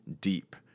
deep